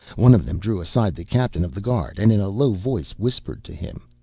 one of them drew aside the captain of the guard, and in a low voice whispered to him.